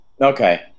Okay